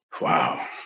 Wow